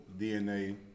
DNA